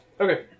Okay